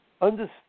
Understand